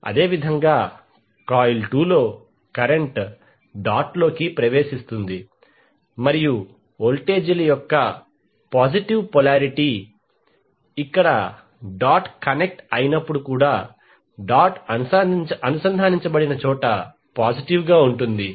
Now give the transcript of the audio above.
అదేవిధంగా కాయిల్ 2 లో current dot లోకి ప్రవేశిస్తుంది మరియు వోల్టేజీల యొక్క పాజిటివ్ పొలారిటీ ఇక్కడ డాట్ కనెక్ట్ అయినప్పుడు కూడా డాట్ అనుసంధానించబడిన చోట పాజిటివ్ గా ఉంటుంది